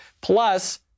Plus